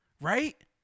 right